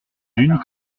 d’une